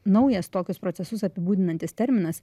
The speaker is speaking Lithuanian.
naujas tokius procesus apibūdinantis terminas